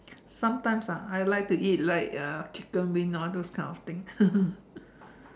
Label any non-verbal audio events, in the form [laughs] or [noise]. sometimes ah I like to eat right like uh chicken wings all those kind of things [laughs]